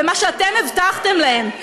במה שאתם הבטחתם להם.